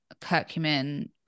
curcumin